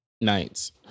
Nights